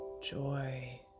Joy